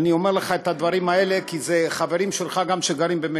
אני אומר לך את הדברים האלה כי אלו חברים שלך שגרים במקסיקו.